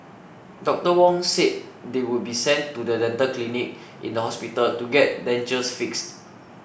Doctor Wong said they would be sent to the dental clinic in the hospital to get dentures fixed